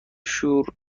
شور